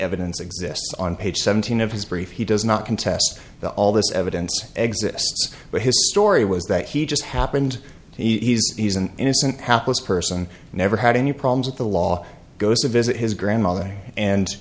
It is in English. evidence exists on page seventeen of his brief he does not contest the all this evidence exists but his story was that he just happened he's he's an innocent hapless person never had any problems with the law goes to visit his grandmother and